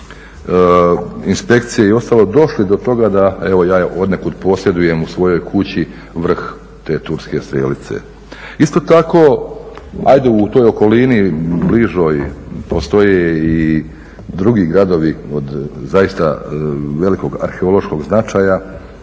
inspekcije i ostalo došli do toga da, evo ja odnekud posjedujem u svojoj kući vrh te turske strelice. Isto tako, ajde u toj okolini bližoj postoje i drugi gradovi od zaista velikog arheološkog značaja,